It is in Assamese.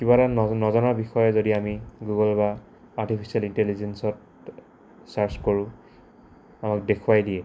কিবা এটা নজনা বিষয়ে যদি আমি গুগল বা আৰ্টিফিচিয়েল ইণ্টেলিজেঞ্চত চাৰ্ছ কৰোঁ আমাক দেখুৱাই দিয়ে